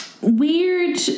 weird